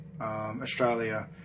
Australia